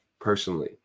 Personally